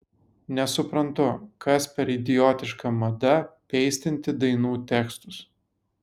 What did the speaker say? nesuprantu kas per idiotiška mada peistinti dainų tekstus